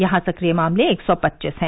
यहां सक्रिय मामले एक सौ पच्चीस हैं